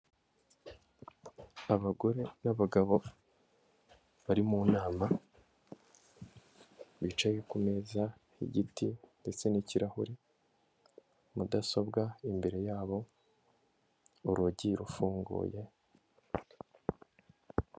Abagore n'abagabo bari mu nama, bicaye ku meza y'igiti ndetse n'ikirahuri, mudasobwa imbere yabo, urugi rufunguye.